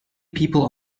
people